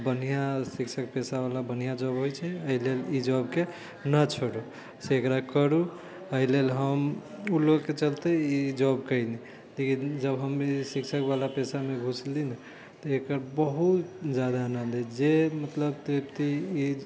बढ़ियाॅं शिक्षक पेशा वाला बढ़ियाॅं जॉब होइ छै एहि लेल ई जॉब के नऽ छोड़ू से एकरा करू एहि लेल हम ओ लोगके चलते ई जॉब कैली लेकिन जब हम ई शिक्षक वाला पेशामे घुसली नऽ तऽ एकर बहुत जादा लाभ है जे मतलब